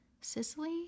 Cicely